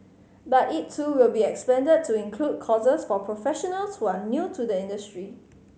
but it too will be expanded to include courses for professionals who are new to the industry